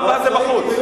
הפעם הבאה זה בחוץ.